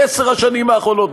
בעשר השנים האחרונות,